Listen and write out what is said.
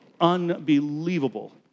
unbelievable